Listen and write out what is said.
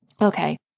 Okay